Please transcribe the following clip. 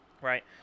right